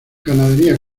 ganadería